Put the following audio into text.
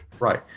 Right